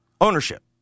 Ownership